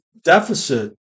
deficit